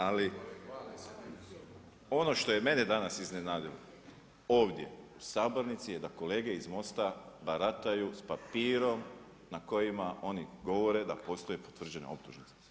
Ali ono što je mene danas iznenadilo ovdje u sabornici je da kolege iz Most-a barataju s papirom na kojima oni govore da postoje potvrđena optužnica.